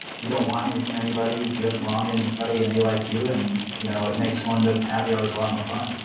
you don't want anything from anybody, you haven't wronged anybody, and they like you. and you know it makes going to happy hours a lot more fun.